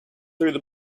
through